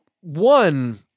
one